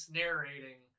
narrating